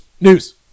News